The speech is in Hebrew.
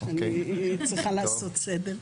אני צריכה לעשות סדר.